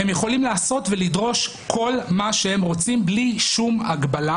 הם יכולים לעשות ולדרוש כל מה שהם רוצים בלי שום הגבלה.